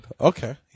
Okay